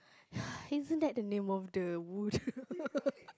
isn't that the name of the wooden